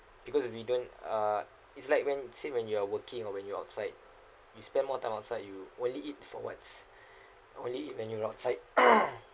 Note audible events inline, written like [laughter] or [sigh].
because we don't uh it's like when same when you are working or when you're outside you spend more time outside you'll only eat for once only when you're outside [coughs]